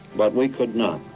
but we could not.